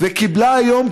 וקיבלה היום,